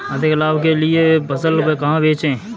अधिक लाभ के लिए फसल कहाँ बेचें?